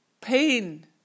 pain